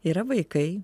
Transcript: yra vaikai